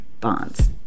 bonds